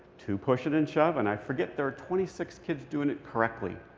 two pushing and shoving. i forget there are twenty six kids doing it correctly,